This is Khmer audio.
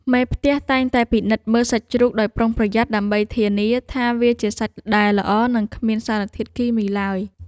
មេផ្ទះតែងតែពិនិត្យមើលសាច់ជ្រូកដោយប្រុងប្រយ័ត្នដើម្បីធានាថាវាជាសាច់ដែលល្អនិងគ្មានសារធាតុគីមីឡើយ។